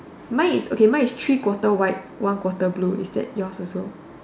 mine is okay mine is three quarter white one quarter blue is that yours also